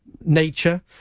nature